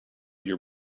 your